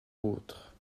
autres